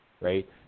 right